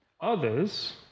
Others